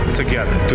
together